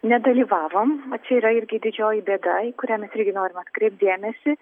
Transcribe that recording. nedalyvavom va čia irgi yra didžioji bėda į kurią mes irgi norim atkreipt dėmesį